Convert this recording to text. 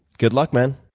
good luck, man.